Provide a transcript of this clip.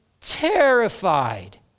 terrified